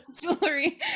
jewelry